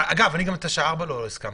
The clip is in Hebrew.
אגב, גם לשעה 16:00 לא הסכמתי,